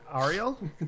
ariel